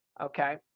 Okay